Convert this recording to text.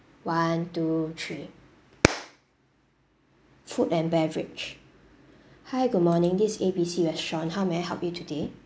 one two three food and beverage hi good morning this is A B C restaurant how may I help you today